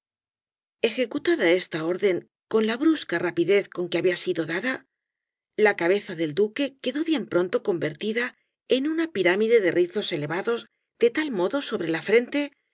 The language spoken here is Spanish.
aprisa ejecutada esta orden con la brusca rapidez con que había sido dada la cabeza del duque quedó bien pronto convertida en una pirámide de rizos elevados de tal modo sobre la frente